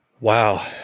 Wow